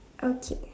okay